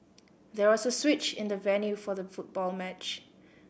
there was a switch in the venue for the football match